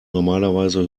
normalerweise